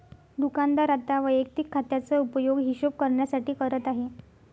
दुकानदार आता वैयक्तिक खात्याचा उपयोग हिशोब करण्यासाठी करत आहे